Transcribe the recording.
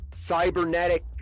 cybernetic